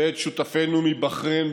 ואת שותפינו מבחריין,